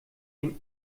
dem